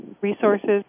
resources